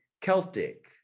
Celtic